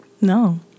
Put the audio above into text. No